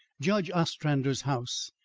judge ostrander's house,